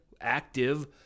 active